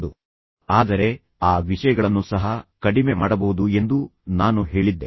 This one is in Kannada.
ಆದ್ದರಿಂದ ಅದು ಭೌತಿಕ ಅಡೆತಡೆಗಳಿಗೆ ಸಮನಾಗಿರುತ್ತದೆ ಆದರೆ ಆ ವಿಷಯಗಳನ್ನು ಸಹ ಕಡಿಮೆ ಮಾಡಬಹುದು ಎಂದು ನಾನು ಹೇಳಿದ್ದೆ